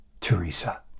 Teresa